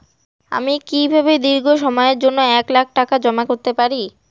আমি কিভাবে দীর্ঘ সময়ের জন্য এক লাখ টাকা জমা করতে পারি?